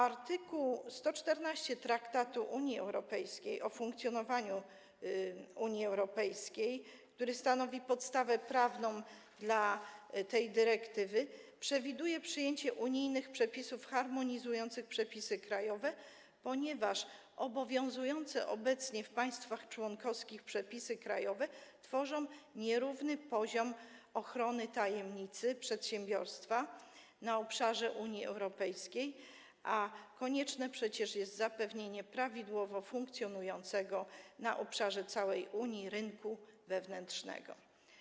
Art. 114 Traktatu o funkcjonowaniu Unii Europejskiej, który stanowi podstawę prawną tej dyrektywy, przewiduje przyjęcie unijnych przepisów harmonizujących przepisy krajowe, ponieważ obowiązujące obecnie w państwach członkowskich przepisy krajowe tworzą nierówny poziom ochrony tajemnicy przedsiębiorstwa na obszarze Unii Europejskiej, a przecież koniecznie jest zapewnienie prawidłowo funkcjonującego na obszarze całej Unii rynku wewnętrznego.